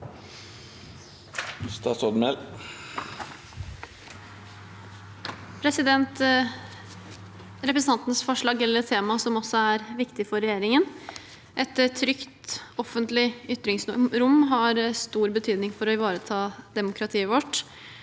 Representantfor- slaget omhandler et tema som også er viktig for regjeringen. Et trygt offentlig ytringsrom har stor betydning for å ivareta demokratiet vårt.